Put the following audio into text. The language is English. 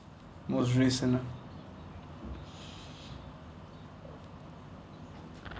most recent lah